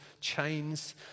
chains